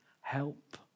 help